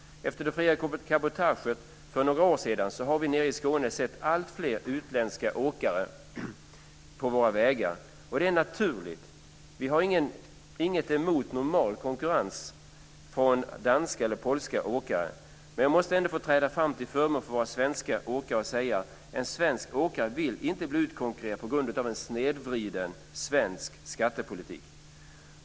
Efter det fria cabotaget för några år sedan har vi nere i Skåne sett alltfler utländska åkare på våra vägar, och det är naturligt. Vi har inget emot normal konkurrens från danska eller polska åkare. Men jag måste ändå få träda fram till förmån för våra svenska åkare och säga: En svensk åkare vill inte bli utkonkurrerad på grund av en snedvriden svensk skattepolitik.